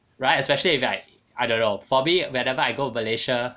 right especially if like I don't know for me wherever I go malaysia